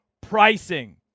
pricing